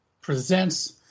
Presents